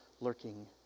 lurking